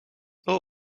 are